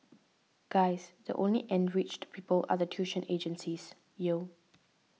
guys the only enriched people are the tuition agencies yo